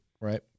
right